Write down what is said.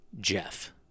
Jeff